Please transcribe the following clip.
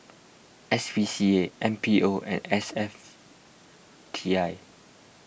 S P C A M P O and S F T I